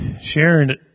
Sharon